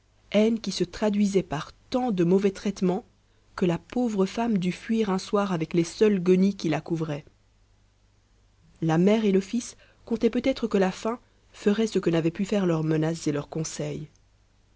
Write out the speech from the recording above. haine qui se traduisait par tant de mauvais traitements que la pauvre femme dut fuir un soir avec les seules guenilles qui la couvraient la mère et le fils comptaient peut-être que la faim ferait ce que n'avaient pu faire leurs menaces et leurs conseils